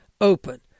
open